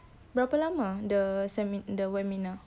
berapa lama the semi~ the webinar